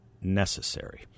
necessary